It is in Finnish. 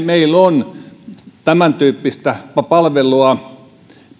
meillä on tämäntyyppistä palvelua